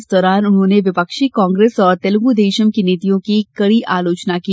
इस दौरान उन्होंने विपक्षी कांग्रेस और तेलगुदेशम की नीतियों की कड़ी आलोचना की